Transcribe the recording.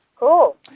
cool